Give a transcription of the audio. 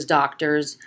doctors